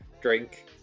drink